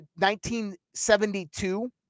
1972